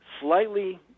slightly